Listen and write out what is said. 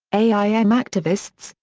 aim activists,